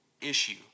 issue